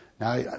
Now